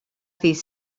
ddydd